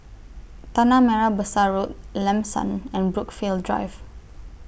Tanah Merah Besar Road Lam San and Brookvale Drive